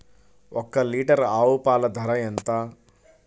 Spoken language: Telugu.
ఒక్క లీటర్ ఆవు పాల ధర ఎంత?